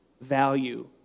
value